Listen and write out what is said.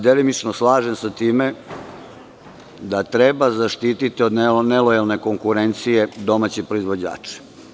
Delimično se slažem sa time da treba zaštititi od nelojalne konkurencije domaće proizvođače.